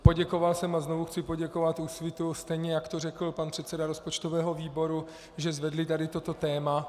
Poděkoval jsem a znovu chci poděkovat Úsvitu, stejně jak to řekl pan předseda rozpočtového výboru, že zvedli toto téma.